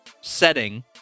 setting